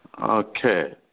okay